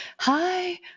hi